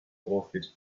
profit